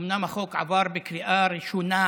אומנם החוק עבר בקריאה ראשונה,